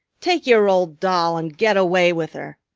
take your old doll and get away with her.